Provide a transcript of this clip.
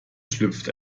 schlüpft